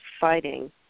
fighting